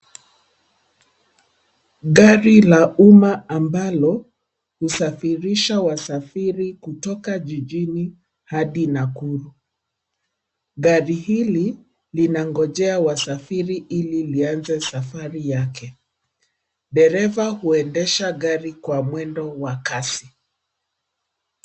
Gari la umma ambalo husafirisha wasafiri kutoka jijini hadi Nakuru. Gari hili linangojea wasafiri ili lianze safari yake. Dereva huendesha gari kwa mwendo wa kasi.